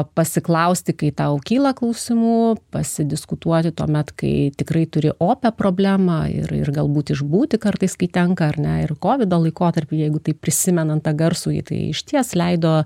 pasiklausti kai tau kyla klausimų pasidiskutuoti tuomet kai tikrai turi opią problemą ir ir galbūt išbūti kartais kai tenka ar ne ir kovido laikotarpį jeigu taip prisimenant tą garsųjį tai išties leido